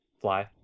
Fly